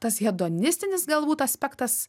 tas hedonistinis galbūt aspektas